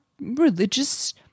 religious